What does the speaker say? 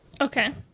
Okay